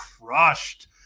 crushed